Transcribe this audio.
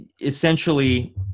essentially